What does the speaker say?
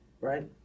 right